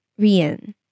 Rian